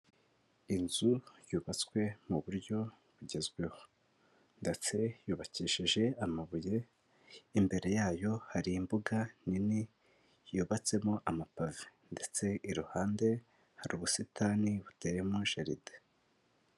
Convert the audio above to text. Inzu yubatswe mu buryo bugezweho ndetse yubakishije amabuye, imbere yayo hari imbuga nini yubatsemo amapave ndetse iruhande hari ubusitani butemo jaride.